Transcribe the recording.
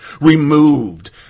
removed